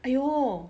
!aiyo!